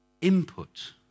input